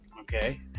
Okay